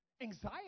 Anxiety